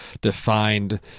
defined